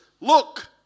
look